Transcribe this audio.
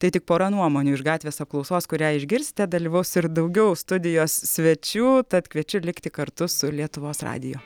tai tik pora nuomonių iš gatvės apklausos kurią išgirsite dalyvaus ir daugiau studijos svečių tad kviečiu likti kartu su lietuvos radiju